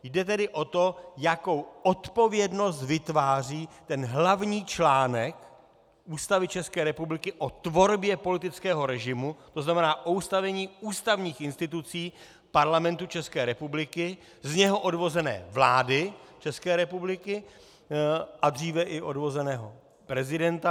Jde tedy o to, jakou odpovědnost vytváří ten hlavní článek Ústavy České republiky o tvorbě politického režimu, to znamená o ustavení ústavních institucí Parlamentu České republiky, z něho odvozené vlády České republiky a dříve i odvozeného prezidenta.